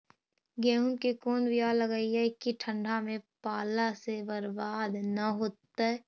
गेहूं के कोन बियाह लगइयै कि ठंडा में पाला से बरबाद न होतै?